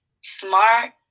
smart